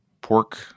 pork